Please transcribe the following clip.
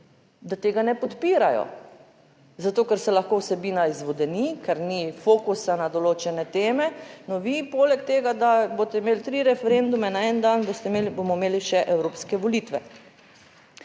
da tega ne podpirajo zato, ker se lahko vsebina izvodeni, ker ni fokusa na določene teme. No, vi poleg tega, da boste imeli tri referendume na en dan, boste imeli, bomo imeli še evropske volitve.